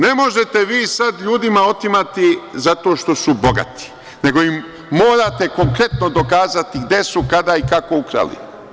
Ne možete vi sad ljudima otimati zato što su bogati, nego im morate konkretno dokazati gde su, kada i kako ukrali.